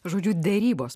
žodžiu derybos